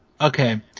Okay